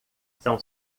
são